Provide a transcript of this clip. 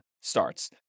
starts